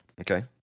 Okay